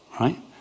right